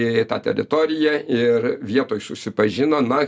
į tą teritoriją ir vietoj susipažino na